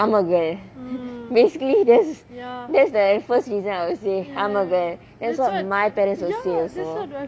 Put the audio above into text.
I'm a girl basically that's that's the first reason I would say that's what my parents would say also